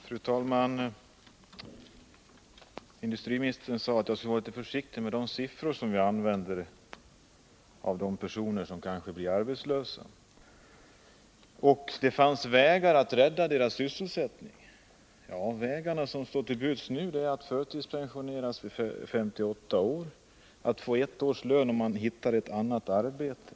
Fru talman! Industriministern sade att jag skulle vara litet försiktig med de siffror jag använder när det gäller personer som kanske blir arbetslösa och att det fanns vägar att rädda deras sysselsättning. Ja, de vägar som står till buds nu är att förtidspensioneras vid 58 år och att få ett års lön om man hittar ett annat arbete.